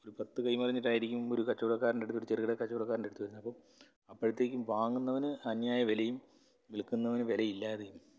പത്ത് കൈ മറിഞ്ഞിട്ടായിരിക്കും ഒരു കച്ചവടക്കാരൻറെ അടുത്ത് ഒരു ചെറുകിട കച്ചവടക്കാരൻറെ അടുത്ത് വരുന്നത് അപ്പം അപ്പോഴത്തേക്കും വാങ്ങുന്നവന് അന്യായ വിലയും വിൽക്കുന്നവന് വില ഇല്ലാതെയും